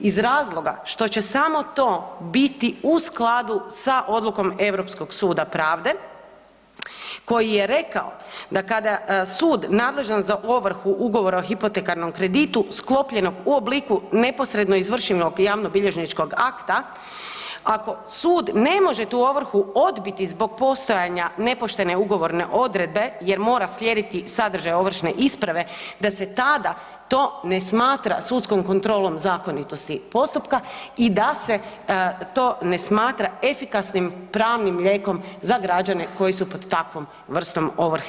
Iz razloga što će samo to biti u skladu sa odlukom Europskog suda pravde koji je rekao da kada sud nadležan za ovrhu ugovora o hipotekarnom kreditu, sklopljenog u obliku neposredno izvršenog javnobilježničkog akta, ako sud ne može tu ovrhu odbiti zbog postojanja nepoštene ugovorne odredbe jer mora slijediti sadržaj ovršne isprave, da se tada to ne smatra sudskom kontrolom zakonitosti postupka i da se to ne smatra efikasnim pravnim lijekom za građane koji su pod takvom vrstom ovrhe.